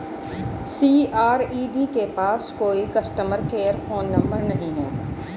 CRED के पास कोई कस्टमर केयर फोन नंबर नहीं है